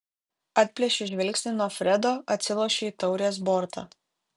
atplėšiu žvilgsnį nuo fredo atsilošiu į taurės bortą